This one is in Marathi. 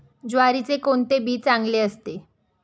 ज्वारीचे कोणते बी चांगले असते?